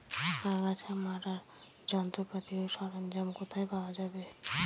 আগাছা মারার যন্ত্রপাতি ও সরঞ্জাম কোথায় পাওয়া যাবে?